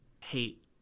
hate